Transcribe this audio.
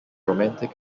romantic